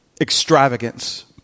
extravagance